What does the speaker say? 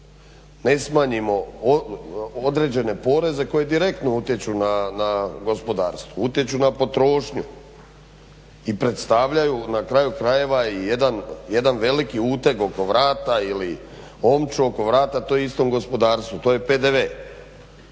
ne smanjimo određene poreze koji direktno utječu na gospodarstvo, utječu na potrošnju i predstavljaju na kraju krajeva i jedan veliki uteg oko vrata ili omču oko vrata tom istom gospodarstvu, to je PDV.